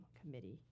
committee